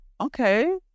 Okay